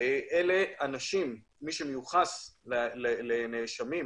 לנאשמים שמיוחסות להם